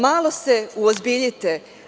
Malo se uozbiljite.